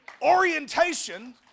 orientation